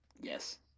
Yes